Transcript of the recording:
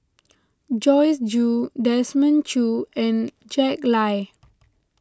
Joyce Jue Desmond Choo and Jack Lai